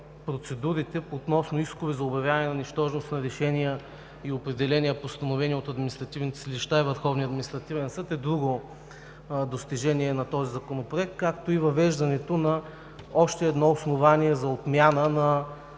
процедурите относно искове за обявяване на нищожност на решения и определения, постановени от административните съдилища и Върховния административен съд, е друго достижение на Законопроекта, както и въвеждането на още едно основание за отмяна на